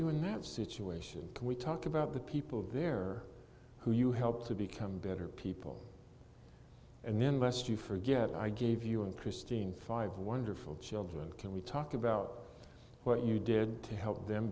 you in that situation can we talk about the people there who you helped to become better people and then lest you forget i gave you and christine five wonderful children can we talk about what you did to help them